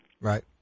Right